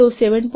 5 KLOC 7